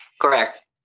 Correct